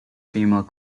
female